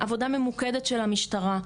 עבודה ממוקדת של המשטרה,